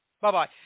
Bye-bye